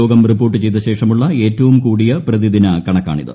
രോഗം റിപ്പോർട്ട് ചെയ്ത ശേഷമുള്ള ഏറ്റവും കൂടിയ പ്രതിദിന കണക്കാണിത്